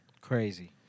Crazy